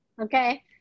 okay